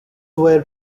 were